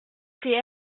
c’est